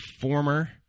former